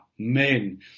Amen